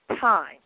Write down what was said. time